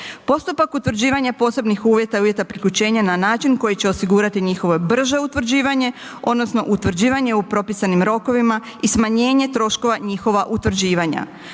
Postupak utvrđivanja posebnih uvjeta i uvjeta priključenja na način koji će osigurati njihovo brže utvrđivanje odnosno utvrđivanje u propisanim rokovima i smanjenje troškova njihova utvrđivanja.